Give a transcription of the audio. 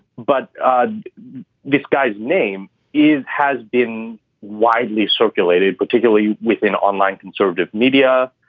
but this guy's name is has been widely circulated, particularly within online conservative media.